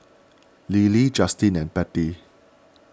Lilly Justine and Patty